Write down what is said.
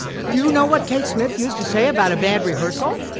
you know what kate smith used to say about a bad rehearsal?